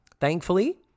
Thankfully